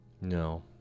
No